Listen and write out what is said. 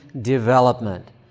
development